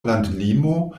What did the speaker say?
landlimo